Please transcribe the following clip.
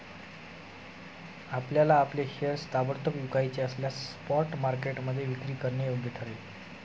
आपल्याला आपले शेअर्स ताबडतोब विकायचे असल्यास स्पॉट मार्केटमध्ये विक्री करणं योग्य ठरेल